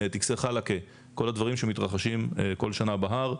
טקסי חלאקה כל הדברים שמתרחשים כל שנה בהר.